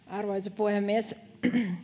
arvoisa puhemies